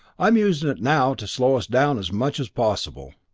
i'm using it now to slow us down as much as possible.